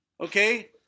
Okay